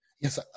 Yes